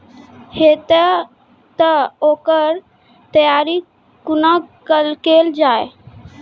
हेतै तअ ओकर तैयारी कुना केल जाय?